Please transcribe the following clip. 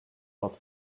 but